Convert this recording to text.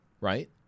right